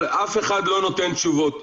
אבל אף אחד לא נותן תשובות.